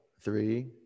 three